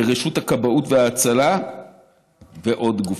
לרשות הכבאות וההצלה ולעוד גופים.